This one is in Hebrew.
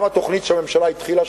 גם התוכנית שהממשלה התחילה,